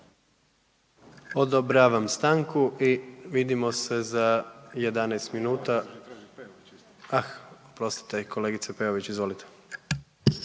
Odobravam stanku i vidimo se za 11 minuta,